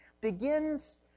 begins